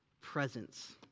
presence